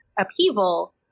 upheaval